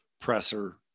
presser